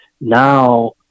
Now